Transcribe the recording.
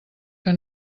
que